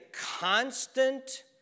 constant